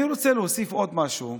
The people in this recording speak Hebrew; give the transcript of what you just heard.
אני רוצה להוסיף עוד משהו.